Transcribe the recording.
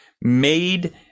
made